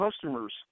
customers